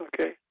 Okay